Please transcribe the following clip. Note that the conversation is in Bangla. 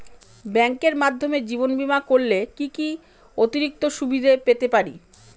ব্যাংকের মাধ্যমে জীবন বীমা করলে কি কি অতিরিক্ত সুবিধে পেতে পারি?